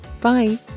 Bye